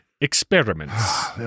experiments